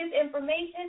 information